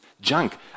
junk